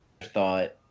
thought